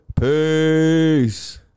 peace